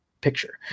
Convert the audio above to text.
picture